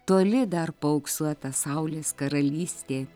toli dar paauksuota saulės karalystė